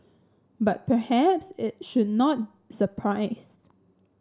but perhaps it should not surprise